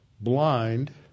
Blind